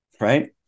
right